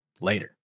Later